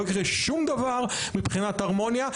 לא יקרה שום דבר מבחינת הרמוניה.